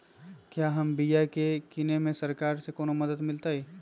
क्या हम बिया की किने में सरकार से कोनो मदद मिलतई?